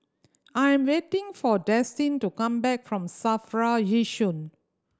I am waiting for Destin to come back from SAFRA Yishun